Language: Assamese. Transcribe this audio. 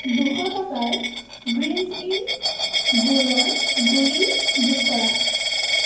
দুশ টকাৰ গ্ৰীণ্জইন গুড়ৰ গুড়ি যোগ কৰা